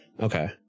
Okay